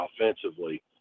offensively